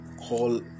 call